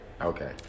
Okay